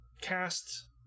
cast